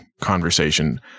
conversation